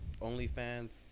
OnlyFans